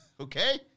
okay